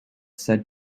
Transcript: said